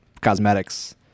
cosmetics